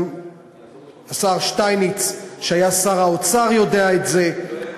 גם השר שטייניץ שהיה שר האוצר יודע את זה,